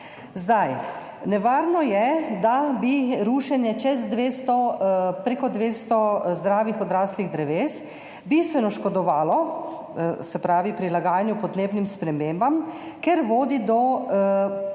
okolju. Nevarno je, da bi rušenje prek 200 zdravih odraslih dreves bistveno škodovalo prilagajanju podnebnim spremembam, ker vodi do povečanega